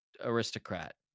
aristocrat